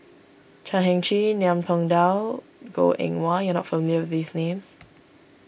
Chan Heng Chee Ngiam Tong Dow Goh Eng Wah you are not familiar with these names